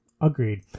Agreed